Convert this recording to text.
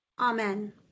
Amen